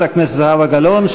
לחברת הכנסת זהבה גלאון,